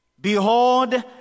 Behold